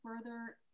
further